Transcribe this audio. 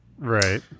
Right